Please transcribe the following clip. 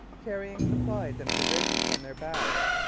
carrying supplies and provisions on their backs.